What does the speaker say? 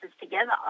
together